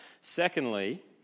Secondly